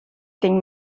ging